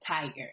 Tiger